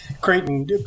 Creighton